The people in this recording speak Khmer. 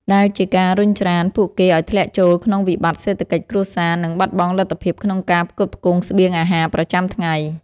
ដែលជាការរុញច្រានពួកគេឱ្យធ្លាក់ចូលក្នុងវិបត្តិសេដ្ឋកិច្ចគ្រួសារ និងបាត់បង់លទ្ធភាពក្នុងការផ្គត់ផ្គង់ស្បៀងអាហារប្រចាំថ្ងៃ។